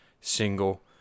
single